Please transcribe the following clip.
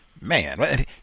man